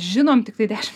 žinom tiktai dešim